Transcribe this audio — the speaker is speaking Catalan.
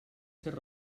ser